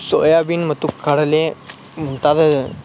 soybean ಮತ್ತು ಕಡಲೆ ಮುಂತಾದ